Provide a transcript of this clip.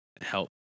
help